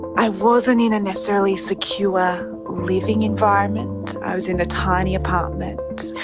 i wasn't in a necessarily secure living environment. i was in a tiny apartment.